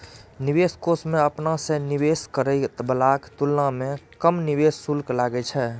निवेश कोष मे अपना सं निवेश करै बलाक तुलना मे कम निवेश शुल्क लागै छै